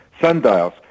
sundials